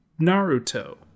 Naruto